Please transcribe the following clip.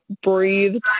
breathed